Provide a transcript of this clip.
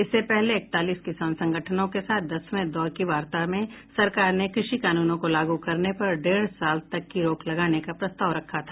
इससे पहले एकतालीस किसान संगठनों के साथ दसवें दौर की वार्ता में सरकार ने कृषि कानूनों को लागू करने पर डेढ़ साल तक की रोक लगाने का प्रस्ताव रखा था